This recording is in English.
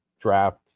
draft